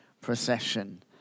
procession